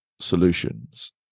solutions